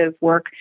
work